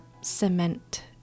cement